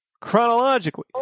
chronologically